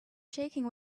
shaking